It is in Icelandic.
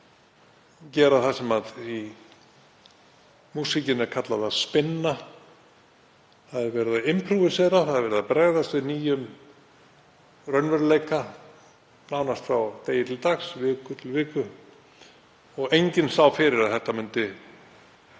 að gera það sem í músíkinni er kallað að spinna. Það er verið að impróvísera, það er verið að bregðast við nýjum raunveruleika nánast frá degi til dags, viku til viku. Enginn sá fyrir að þetta myndi